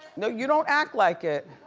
no you don't act like it.